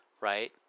right